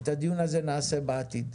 את הדיון הזה נעשה בעתיד.